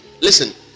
listen